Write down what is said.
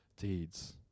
deeds